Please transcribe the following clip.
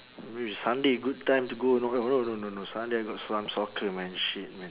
maybe sunday good time to go know no no no sunday I got some soccer man shit man